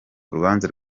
urubanza